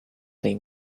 they